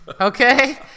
okay